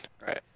right